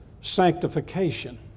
sanctification